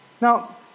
Now